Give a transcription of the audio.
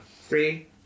Three